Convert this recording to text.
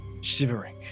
shivering